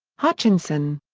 hutchinson.